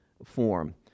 form